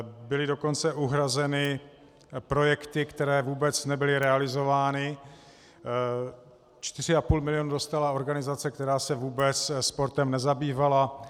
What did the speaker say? Byly dokonce uhrazeny projekty, které vůbec nebyly realizovány, 4,5 mil. dostala organizace, která se vůbec sportem nezabývala.